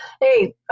hey